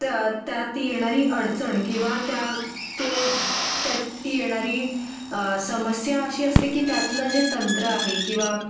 त्या त्यात येणारी अडचण किंवा त्या ते त्यात येणारी समस्या अशी असते की त्यातलं जे तंत्र आहे किंवा